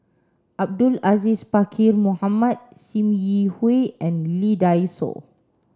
Abdul Aziz Pakkeer Mohamed Sim Yi Hui and Lee Dai Soh